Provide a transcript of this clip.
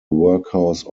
workhouse